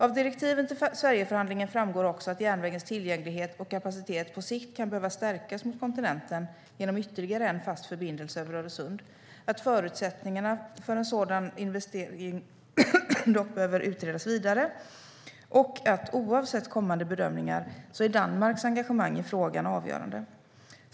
Av direktiven till Sverigeförhandlingen framgår också att järnvägens tillgänglighet och kapacitet på sikt kan behöva stärkas mot kontinenten genom ytterligare en fast förbindelse över Öresund. Det framgår också att förutsättningarna för en sådan investering dock behöver utredas vidare och att Danmarks engagemang i frågan är avgörande, oavsett kommande bedömningar.